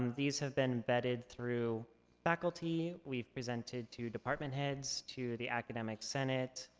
um these have been vetted through faculty. we presented to department heads, to the academic senate,